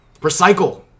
Recycle